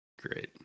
Great